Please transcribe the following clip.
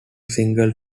single